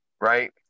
Right